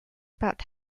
about